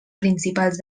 principals